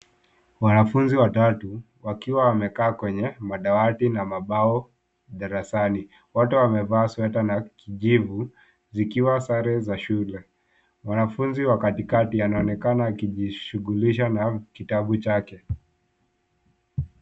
Wanafunzi watatu wakiwa wamekaa kwenye madawati na mabao darasani. Wote wamevaa sweta za kijivu zikiwa sare za shule. Mwanafunzi wa katikati anaonekana akijishughulisha na kitabu chake.